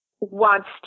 wants